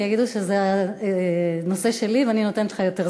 כי יגידו שזה הנושא שלי ואני נותנת לך יותר זמן.